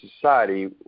society